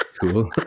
Cool